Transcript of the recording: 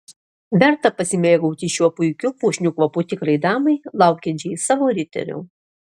verta pasimėgauti šiuo puikiu puošniu kvapu tikrai damai laukiančiai savo riterio